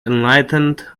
enlightened